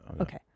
Okay